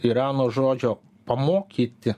yra nuo žodžio pamokyti